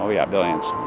um yeah billions